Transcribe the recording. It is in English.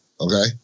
okay